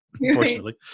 unfortunately